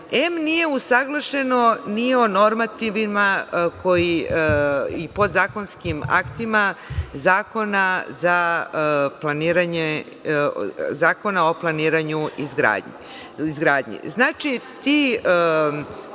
em nije usaglašeno ni o normativima i podzakonskim aktima Zakona o planiranje i izgradnji.